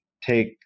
take